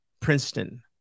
princeton